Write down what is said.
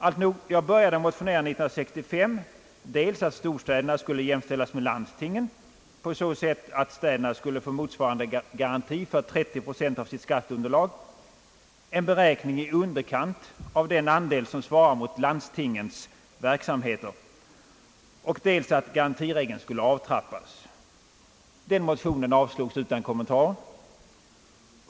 Alltnog, jag började motionera år 1965, dels om att storstäderna skulle jämställas med landstingen på så sätt, att städerna skulle få motsvarande garanti för 30 procent av sitt skatteunderlag, en beräkning i underkant av den andel som svarar mot landstingens verksamheter, och dels om att garantiregeln skulle avtrappas. Motionen avslogs utan kommentar.